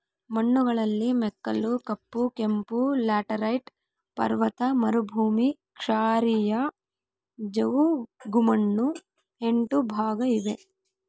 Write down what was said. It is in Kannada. ಮಣ್ಣುಗಳಲ್ಲಿ ಮೆಕ್ಕಲು, ಕಪ್ಪು, ಕೆಂಪು, ಲ್ಯಾಟರೈಟ್, ಪರ್ವತ ಮರುಭೂಮಿ, ಕ್ಷಾರೀಯ, ಜವುಗುಮಣ್ಣು ಎಂಟು ಭಾಗ ಇವೆ